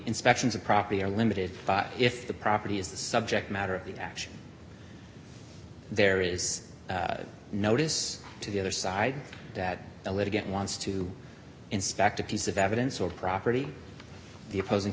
inspections of property are limited if the property is the subject matter of the action there is a notice to the other side that the litigant wants to inspect a piece of evidence or property the opposing